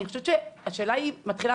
אני חושבת שהשאלה מתחילה,